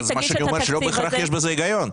אז מה שאני אומר זה שלא בהכרח יש בזה היגיון.